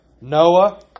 Noah